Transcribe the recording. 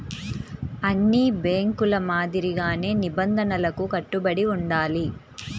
అన్ని బ్యేంకుల మాదిరిగానే నిబంధనలకు కట్టుబడి ఉండాలి